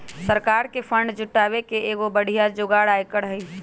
सरकार के फंड जुटावे के एगो बढ़िया जोगार आयकर हई